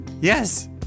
Yes